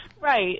Right